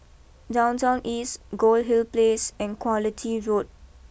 Downtown East Goldhill place and quality Road